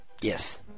Yes